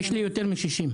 יש לי יותר מ-60.